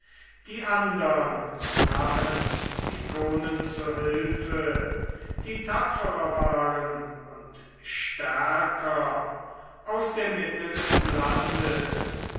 die andern nahen kikonen zu hilfe die tapferer waren und stärker aus der mitte des landes